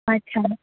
अच्छा